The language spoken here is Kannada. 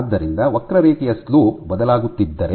ಆದ್ದರಿಂದ ವಕ್ರರೇಖೆಯ ಸ್ಲೋಪ್ ಬದಲಾಗುತ್ತಿದ್ದರೆ